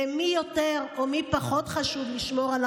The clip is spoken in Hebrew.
על החיים של מי יותר או פחות חשוב לשמור.